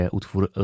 utwór